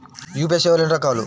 UPI సేవలు ఎన్నిరకాలు?